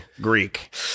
Greek